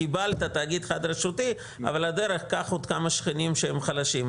קיבלת תאגיד חד-רשותי אבל על הדרך קח עוד כמה שכנים שהם חלשים.